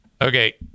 Okay